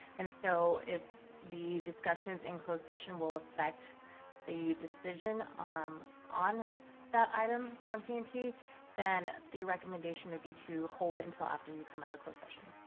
and so, if the discussions in closed session will affect the decision um on that item from p p then the recommendation would be to hold it until after you come out of closed session.